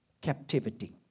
captivity